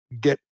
get